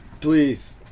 Please